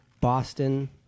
Boston